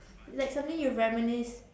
like something you reminisce